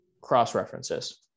cross-references